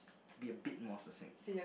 be a bit more succinct